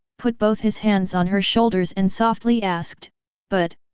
put both his hands on her shoulders and softly asked but,